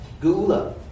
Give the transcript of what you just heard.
Gula